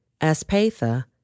Aspatha